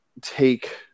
take